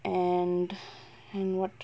and and what